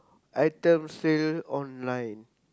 item sale online